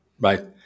right